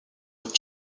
with